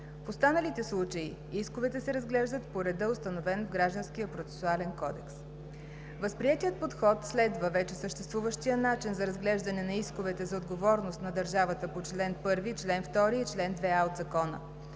В останалите случаи исковете се разглеждат по реда, установен в Гражданския процесуалния кодекс. Възприетият подход следва вече съществуващия начин за разглеждане на исковете за отговорност на държавата по чл. 1, чл. 2 и чл. 2а от Закона.